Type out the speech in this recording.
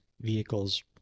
vehicles